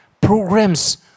programs